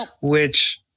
which-